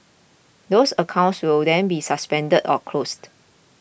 those accounts will then be suspended or closed